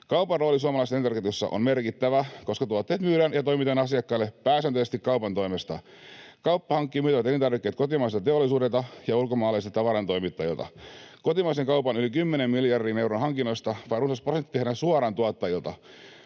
Kaupan rooli suomalaisessa elintarvikeketjussa on merkittävä, koska tuotteet myydään ja toimitetaan asiakkaille pääsääntöisesti kaupan toimesta. Kauppa hankkii myytävät elintarvikkeet kotimaiselta teollisuudelta ja ulkomaalaisilta tavarantoimittajilta. Kotimaisen kaupan yli 10 miljardin euron hankinnoista vain runsas prosentti tehdään suoraan tuottajilta.